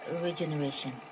regeneration